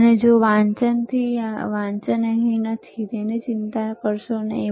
અને જો વાંચન અહીં નથી તો તેની ચિંતા કરશો નહીં